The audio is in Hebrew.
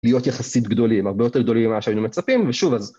להיות יחסית גדולים. הרבה יותר גדולים ממה שהיינו מצפים, ושוב אז...